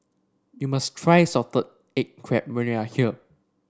you must try Salted Egg Crab when you are here